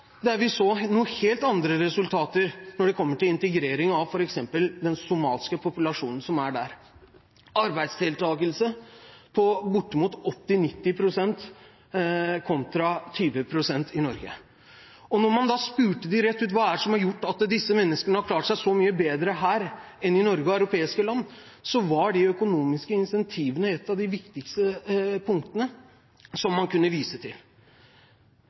der vi så noen helt andre resultater når det kom til integrering av f.eks. den somaliske populasjonen der – arbeidsdeltakelse på bortimot 80–90 pst. kontra 20 pst. i Norge. Da man spurte dem rett ut om hva som hadde gjort at disse menneskene hadde klart seg så mye bedre der enn i Norge og i andre europeiske land, var de økonomiske incentivene et av de viktigste punktene man kunne vise til.